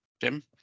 Jim